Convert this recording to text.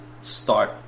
start